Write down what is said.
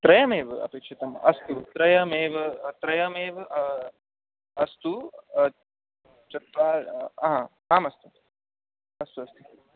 त्रयमेव अपेक्षितम् अस्तु त्रयमेव त्रयमेव अस्तु चत्वारः आम् अस्तु अस्तु अस्तु